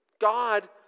God